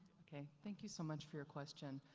okay. thank you so much for your question.